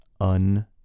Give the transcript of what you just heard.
Un-